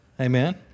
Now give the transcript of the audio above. Amen